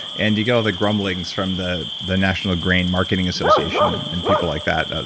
and you get all the grumblings from the the national grain marketing association, and and people like that.